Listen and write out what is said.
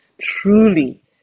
truly